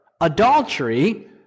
adultery